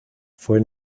fue